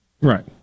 Right